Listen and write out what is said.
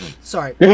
Sorry